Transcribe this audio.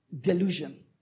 delusion